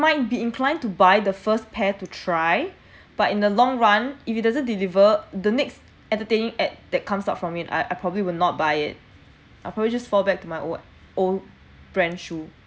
might be inclined to buy the first pair to try but in the long run if it doesn't deliver the next entertaining ad that comes out from it I I probably would not buy it I'll probably just fall back to my old old brand shoe